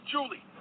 Julie